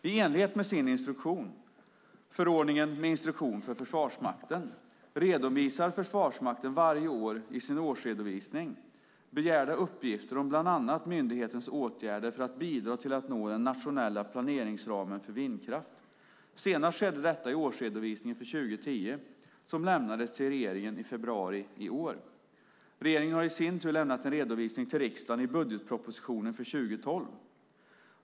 I enlighet med sin instruktion - förordning med instruktion för Försvarsmakten - redovisar Försvarsmakten varje år i årsredovisningen begärda uppgifter om bland annat myndighetens åtgärder för att bidra till att nå den nationella planeringsramen för vindkraft. Senast skedde detta i årsredovisningen för 2010, som lämnades till regeringen i februari i år. Regeringen har i sin tur lämnat en redovisning till riksdagen i budgetpropositionen för 2012 .